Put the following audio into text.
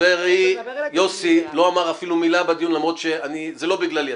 חברי יוסי לא אמר אפילו מילה בדיון למרות שאני זה לא בגללי,